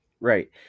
Right